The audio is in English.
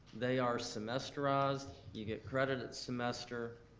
they are semesterized, you get credit at semester,